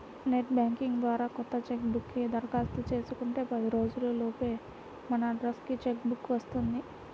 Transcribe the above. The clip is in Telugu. నెట్ బ్యాంకింగ్ ద్వారా కొత్త చెక్ బుక్ కి దరఖాస్తు చేసుకుంటే పది రోజుల లోపే మన అడ్రస్ కి చెక్ బుక్ వస్తుంది